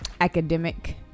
academic